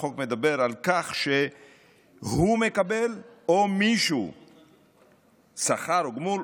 שהחוק מדבר על כך שהוא מקבל שכר או גמול,